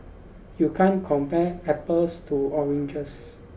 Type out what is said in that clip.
you can't compare apples to oranges